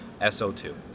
SO2